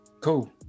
Cool